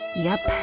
yup,